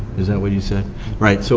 is that what you said right, so